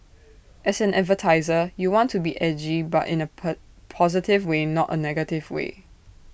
as an advertiser you want to be edgy but in A per positive way not A negative way